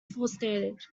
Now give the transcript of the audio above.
forested